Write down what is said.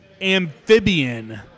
amphibian